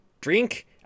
Drink